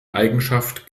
eigenschaft